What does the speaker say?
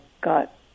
got